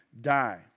die